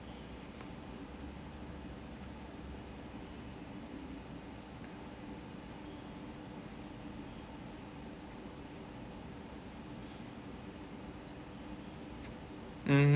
mm